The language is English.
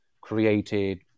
created